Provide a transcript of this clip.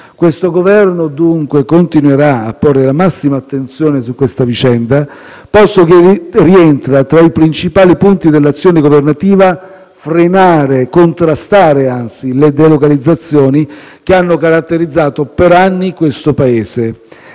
Questo Governo, dunque, continuerà a porre la massima attenzione su questa vicenda, posto che rientra tra i principali punti dell'azione governativa frenare, anzi contrastare le delocalizzazioni che hanno caratterizzato per anni questo Paese.